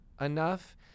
enough